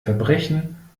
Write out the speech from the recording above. verbrechen